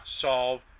solve